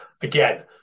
again